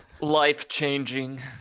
Life-changing